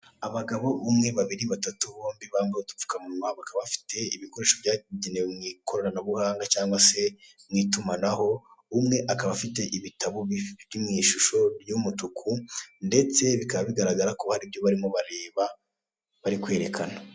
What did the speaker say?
Abagabo umwe, babiri, batatu bombi bambaye udupfukamunwa bakaba bafite ibikore byagenewe ibikoresho mu ikoranabuhanga cyangwa se mu itumanaho, umwe akaba afite ibitabo biri mu ishusho y'umutuku ndetse bikaba bigaragara ko hari ibyo barimo bareba bari kwerekana.